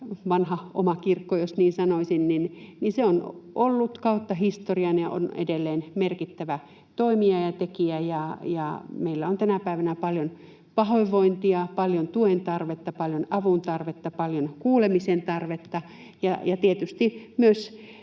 vanha, oma kirkko, jos niin sanoisin, on ollut kautta historian ja on edelleen merkittävä toimija ja tekijä, ja meillä on tänä päivänä paljon pahoinvointia, paljon tuen tarvetta, paljon avun tarvetta, paljon kuulemisen tarvetta ja tietysti myös